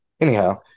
Anyhow